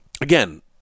Again